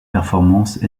performance